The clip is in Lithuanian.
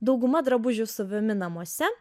dauguma drabužių siuvami namuose